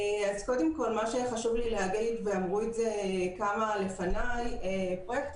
מה שהיה חשוב לי להגיד ואמרו את זה כמה לפניי פרויקט